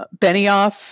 Benioff